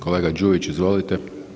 Kolega Đujić izvolite.